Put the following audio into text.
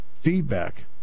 feedback